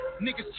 Niggas